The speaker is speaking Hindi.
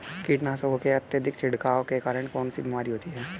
कीटनाशकों के अत्यधिक छिड़काव के कारण कौन सी बीमारी होती है?